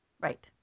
Right